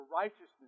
righteousness